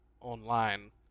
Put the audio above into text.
online